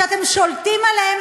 שאתם שולטים עליהם,